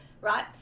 right